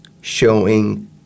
showing